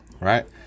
right